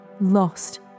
lost